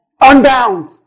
Unbound